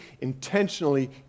intentionally